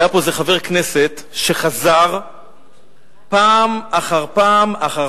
היה פה איזה חבר כנסת שחזר פעם אחר פעם אחר